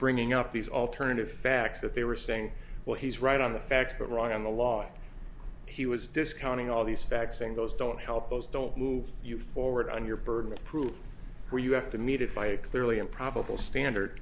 bringing up these alternative facts that they were saying well he's right on the facts but wrong on the law he was discounting all these facts sing those don't help those don't move you forward on your burden of proof or you have to meet it by clearly and probable standard